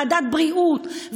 ועדת בריאות,